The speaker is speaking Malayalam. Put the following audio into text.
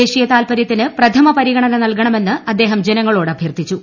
ദേശീയ താൽപ്പര്യത്തിന് പ്രഥമ പരിഗണന നൽക്കണമെന്ന് അദ്ദേഹം ജനങ്ങളോട് അഭ്യർത്ഥിച്ചു